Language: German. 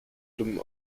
dem